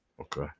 Okay